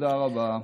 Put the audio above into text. תודה רבה.